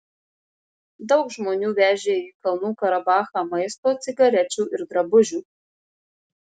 daug žmonių vežė į kalnų karabachą maisto cigarečių ir drabužių